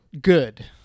good